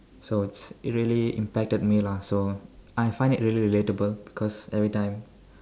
so it's it really impacted me lah so I find it really relatable cause every time